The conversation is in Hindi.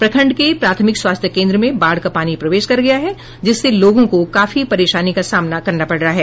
प्रखंड के प्राथमिक स्वास्थ्य केन्द्र में बाढ़ का पानी प्रवेश कर गया है जिससे लोगों को काफी परेशानी का सामना करना पड़ रहा है